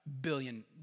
billion